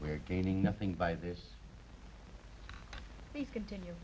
we are gaining nothing by this he continue